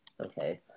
Okay